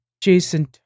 Jason